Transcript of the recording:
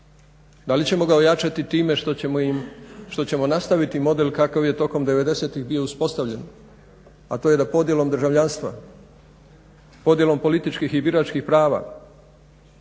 Da li ćemo ga ojačati time što ćemo nastaviti model kakav je tokom devedesetih bio uspostavljen, a to je da podjelom državljanstva, podjelom političkih i biračkih prava